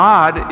God